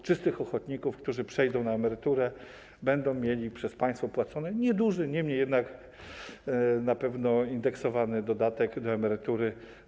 Wszyscy ochotnicy, którzy przejdą na emeryturę, będą mieli przez państwo płacony nieduży, niemniej jednak na pewno indeksowany dodatek do emerytury.